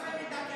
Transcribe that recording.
למה היא מתעכבת?